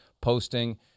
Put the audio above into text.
posting